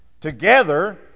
Together